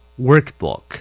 Workbook